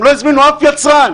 הם לא הזמינו אף יצרן,